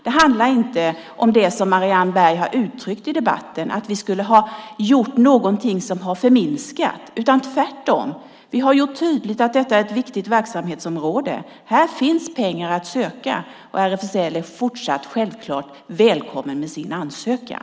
Det handlar inte om det som Marianne Berg har uttryckt, att vi skulle ha gjort något som har förminskat. Vi har tvärtom gjort tydligt att detta är ett viktigt verksamhetsområde. Här finns pengar att söka. RFSL är fortsatt självklart välkomna med sin ansökan.